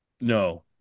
No